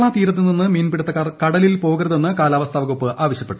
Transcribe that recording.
കേരള തീരത്ത് നിന്ന് മീൻപിടുത്തക്കാർ കടലിൽ പോകരുതെന്ന് കാലാവസ്ഥാ വകുപ്പ് ആവശ്യപ്പെട്ടു